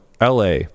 LA